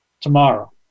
tomorrow